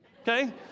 Okay